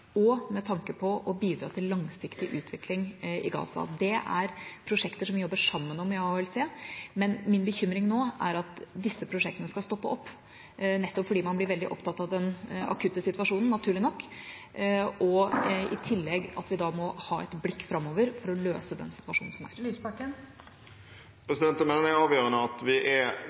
og med tanke på å bidra til langsiktig utvikling i Gaza. Det er prosjekter som vi jobber sammen om i AHLC, men min bekymring nå er at disse prosjektene skal stoppe opp, nettopp fordi man blir veldig opptatt av den akutte situasjonen – naturlig nok – i tillegg til at vi må ha et blikk framover for løse den situasjonen som er. Det blir oppfølgingsspørsmål – Audun Lysbakken. Jeg mener det er avgjørende at vi er